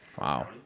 Wow